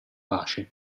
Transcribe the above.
pace